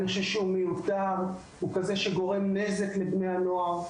הוא מיותר, הוא גורם נזק לבני הנוער.